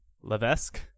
Levesque